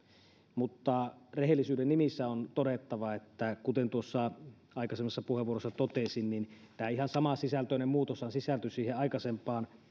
mutta rehellisyyden nimissä on todettava kuten tuossa aikaisemmassa puheenvuorossa totesin että tämä ihan samansisältöinen muutoshan sisältyi siihen aikaisempaan